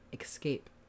escape